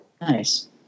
Nice